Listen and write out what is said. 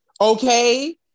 okay